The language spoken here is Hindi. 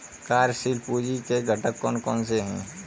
कार्यशील पूंजी के घटक कौन कौन से हैं?